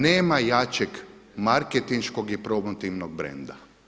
Nema jačeg marketinškog i promotivnog branda.